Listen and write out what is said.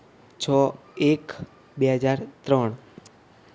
છ એક બે હજાર ત્રણ